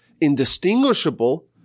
indistinguishable